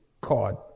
card